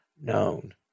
known